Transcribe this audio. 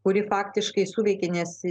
kuri faktiškai suveikė nes